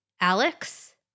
Alex